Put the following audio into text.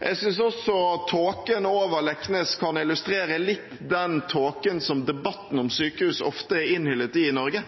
Jeg synes også at tåken over Leknes kan illustrere litt den tåken som debatten om sykehus i Norge ofte er innhyllet i.